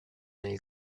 nel